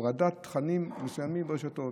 על הורדת תכנים מסוימים ברשתות.